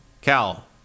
Cal